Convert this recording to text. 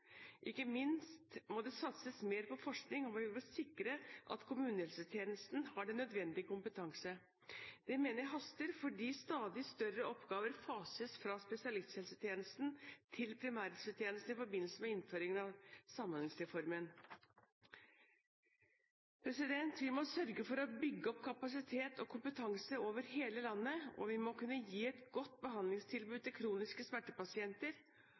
Ikke minst må det satses mer på forskning, og vi må sikre at kommunehelsetjenesten har den nødvendige kompetanse. Det mener jeg haster, fordi stadig større oppgaver fases fra spesialisthelsetjenesten til primærhelsetjenesten i forbindelse med innføringen av Samhandlingsreformen. Vi må sørge for å bygge opp kapasitet og kompetanse over hele landet, og vi må kunne gi et godt behandlingstilbud til kroniske smertepasienter